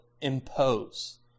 impose